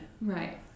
Right